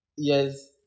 Yes